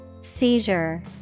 Seizure